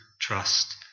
trust